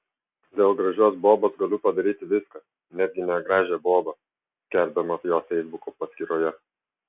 dėl gražios bobos galiu padaryti viską netgi negražią bobą skelbiama jo feisbuko paskyroje